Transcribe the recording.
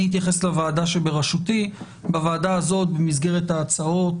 אני אתייחס לוועדה שבראשותי בוועדה הזאת במסגרת ההצעות